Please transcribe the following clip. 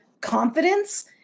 confidence